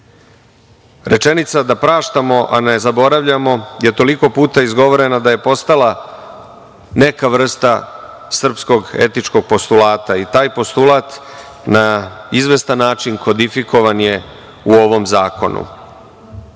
Rečenica da praštamo, a ne zaboravljamo je toliko puta izgovorena da je postala neka vrsta srpskog etičkog postulata i taj postulat na izvestan način kodifikovan je u ovom zakonu. Mi